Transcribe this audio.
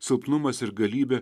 silpnumas ir galybė